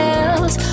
else